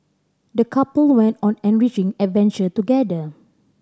the couple went on an enriching adventure together